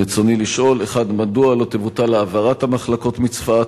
רצוני לשאול: 1. מדוע לא תבוטל העברת המחלקות מצפת?